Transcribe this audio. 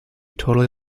totally